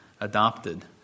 adopted